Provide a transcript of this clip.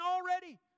already